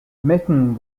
mitton